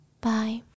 Bye